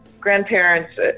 grandparents